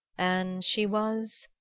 and she was?